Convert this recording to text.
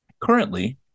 Currently